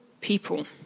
people